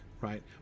right